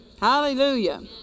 Hallelujah